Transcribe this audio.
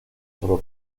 solo